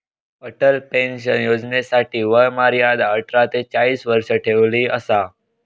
Atal pension योजनेसाठी वय मर्यादा अठरा ते चाळीस वर्ष ठेवली असा